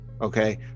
okay